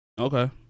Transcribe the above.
Okay